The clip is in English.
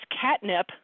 catnip